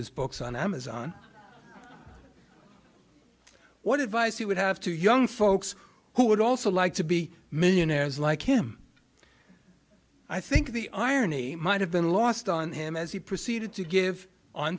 his books on amazon what advice he would have to young folks who would also like to be millionaires like him i think the irony might have been lost on him as he proceeded to give on